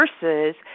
versus